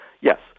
Yes